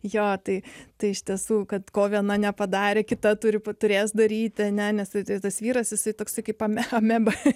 jo tai tai iš tiesų kad ko viena nepadarė kita turi turės daryti net nesuteiktas vyras esi toks kaip ame ameba